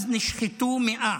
אז נשחטו מאה.